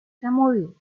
zamudio